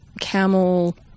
camel